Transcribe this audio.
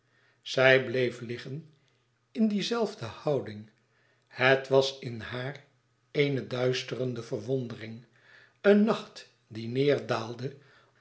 zij bleef liggen in die zelfde houding het was in haar eene duisterende verwondering een nacht die